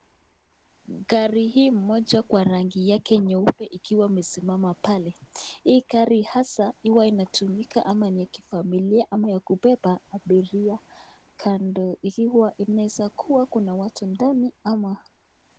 Gari hii moja kwa rangi yake nyeupe ikiwa imesimama pale, hii gari hasa huwa inatumika ama ni ya kifamilia ama ya kubeba abiria kando ikiwa inaezakua ina watu ndani ama.